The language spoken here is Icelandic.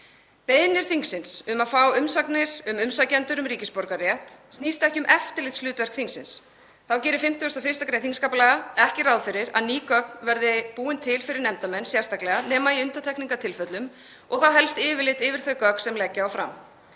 Beiðni þingsins um að fá umsagnir um umsækjendur um ríkisborgararétt snýst ekki um eftirlitshlutverk þingsins. Þá gerir 51. gr. þingskapalaga ekki ráð fyrir að ný gögn verði búin til fyrir nefndarmenn sérstaklega nema í undantekningartilfellum og þá helst yfirlit yfir þau gögn sem leggja á fram.